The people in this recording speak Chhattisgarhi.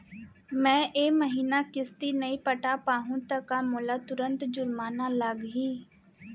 मैं ए महीना किस्ती नई पटा पाहू त का मोला तुरंत जुर्माना लागही?